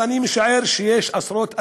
אבל אני משער שיש עשרות אלפים,